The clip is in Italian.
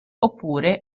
oppure